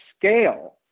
scale